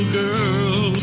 girl